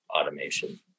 automation